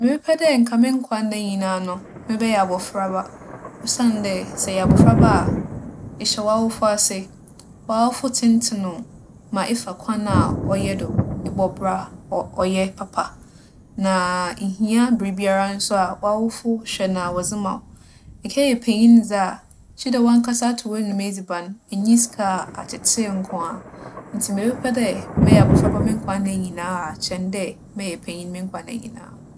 Mebɛpɛ dɛ nka mo nkwa nda nyina no, mebɛyɛ abofraba. Osiandɛ sɛ eyɛ abofraba a, ehyɛ w'awofo ase. W'awofo tsentsen wo ma efa kwan a ͻyɛ do. Ebͻ bra a ͻ - ͻyɛ papa, na ihia biribiara so a, w'awofo hwɛ na wͻdze ma wo. Ekɛyɛ panyin dze a, gyedɛ woarankasa atͻ w'anomu edziban. Innyi sika a, atseetsee nkoaa. Ntsi mebɛpɛ dɛ mɛyɛ abofraba mo nkwa nda nyina akyɛn dɛ mɛyɛ panyin mo nkwa nda nyina.